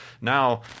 Now